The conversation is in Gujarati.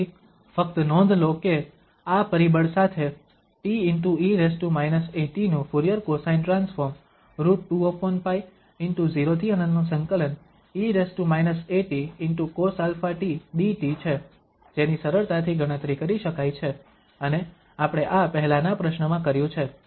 તેથી ફક્ત નોંધ લો કે આ પરિબળ સાથે te−at નું Fourier cosine transform √2π ✕ 0∫∞ e−atcos αt dt છે જેની સરળતાથી ગણતરી કરી શકાય છે અને આપણે આ પહેલાના પ્રશ્નમાં કર્યું છે